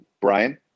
brian